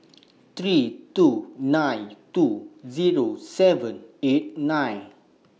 three two nine two Zero seven eight nine